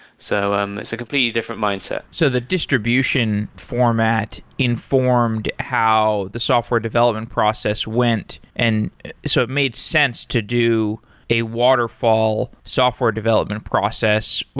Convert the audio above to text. so um it's a completely different mindset. so the distribution format informed how the software development process went. and so it made sense to do a waterfall software development process,